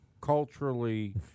culturally